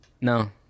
No